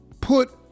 put